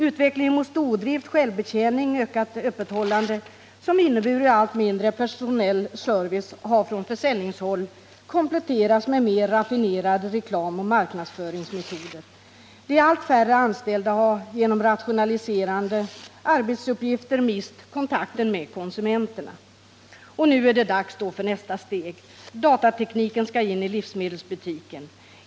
Utvecklingen mot stordrift, självbetjäning och ökat öppethållande, som inneburit allt mindre personell service, har från försäljningshåll kompletterats med mer raffinerade reklamoch marknadsföringsmetoder. De allt färre anställda har genom rationaliserade arbetsuppgifter mist kontakten med konsumenterna. Nu är det dags för nästa steg — datatekniken skall in i livsmedelsbutiken.